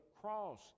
cross